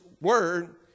word